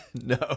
No